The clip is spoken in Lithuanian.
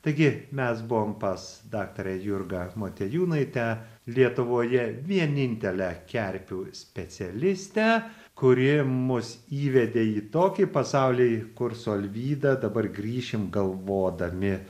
taigi mes buvom pas daktarę jurgą motiejūnaitę lietuvoje vienintelę kerpių specialistę kuri mus įvedė į tokį pasaulį kur su alvyda dabar grįšim galvodami